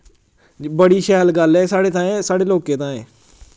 बड़ी शैल गल्ल ऐ एह् साढ़े ताहीं साढ़े लोकें ताहीं